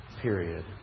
period